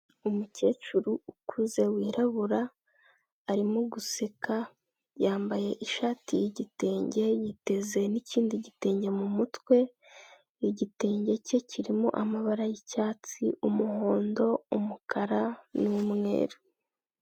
Umukecuru ukuze wirabura, arimo guseka, yambaye ishati y'igitenge, yiteze n'ikindi gitenge mu mutwe, igitenge cye kirimo amabara y'icyatsi, umuhondo, umukara n'umweru.